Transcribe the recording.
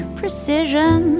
precision